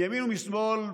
מימין ומשמאל,